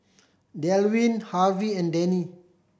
Delwin Harvey and Dannie